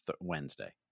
Wednesday